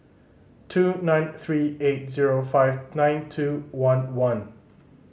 two nine three eight zero five nine two one one